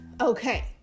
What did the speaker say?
okay